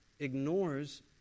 Ignores